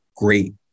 Great